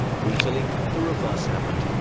brutally the reverse happened,